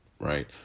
Right